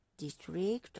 District